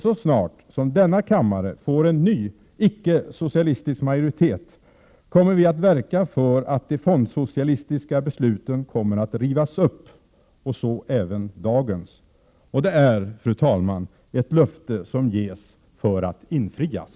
Så snart som denna kammare får en ny icke-socialistisk majoritet, kommer vi att verka för att de fondsocialistiska besluten rivs upp — så även dagens! Det är, fru talman, ett löfte som ges för att infrias!